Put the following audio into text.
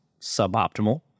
suboptimal